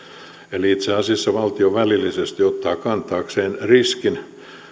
eli itse asiassa valtio välillisesti ottaa kantaakseen riskin